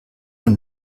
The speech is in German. und